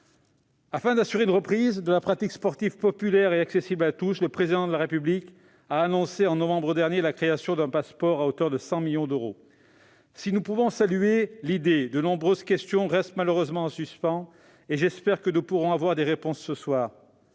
Afin d'assurer une reprise de la pratique sportive populaire et accessible à tous, le Président de la République a annoncé, au mois de novembre dernier, la création d'un Pass'Sport, à hauteur de 100 millions d'euros. Si nous pouvons saluer cette idée, de nombreuses questions restent malheureusement en suspens, et j'espère que nous pourrons avoir des réponses ce soir.